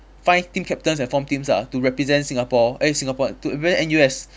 find team captains and from teams ah to represent singapore eh singapore to represent N_U_S